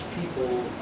people